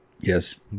Yes